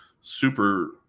super